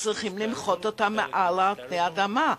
צריכים למחות אותם מעל פני האדמה.